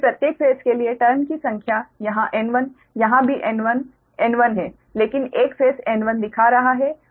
इसलिए प्रत्येक फेस के लिए टर्न की संख्या यहाँ N1 यहाँ भी N1 N1 है लेकिन एक फेस N1 दिखा रहा है